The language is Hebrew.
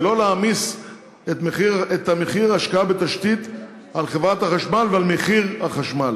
ולא להעמיס את מחיר ההשקעה בתשתית על חברת החשמל ועל מחיר החשמל.